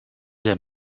der